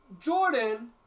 Jordan